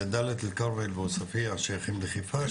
זה דליית אל כרמל ועוספיה שייכים לחיפה,